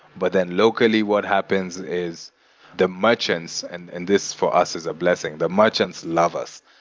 but then, locally, what happens is the merchants and and this, for us, is a blessing. the merchants love us.